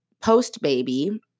post-baby